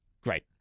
great